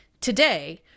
today